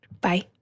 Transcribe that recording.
Bye